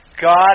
God